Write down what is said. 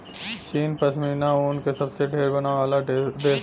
चीन पश्मीना ऊन क सबसे ढेर बनावे वाला देश हौ